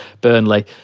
Burnley